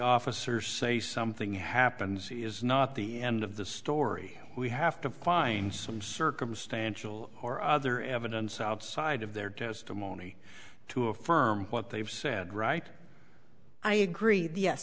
officers say something happens he is not the end of the story we have to find some circumstantial or other evidence outside of their testimony to affirm what they've said right i agree yes